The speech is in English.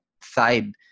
side